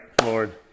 Lord